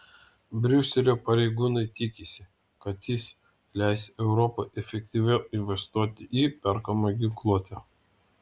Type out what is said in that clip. briuselio pareigūnai tikisi kad jis leis europai efektyviau investuoti į perkamą ginkluotę